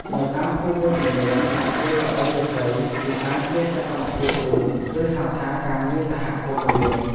នៅតាមភូមិមួយចំនួន ការធ្វើកៅអីឫស្សី គឺអាចជាសកម្មភាពរួម ឬហៅថា ការងារសហគមន៍រួម។